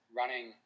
running